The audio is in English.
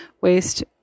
Waste